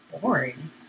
boring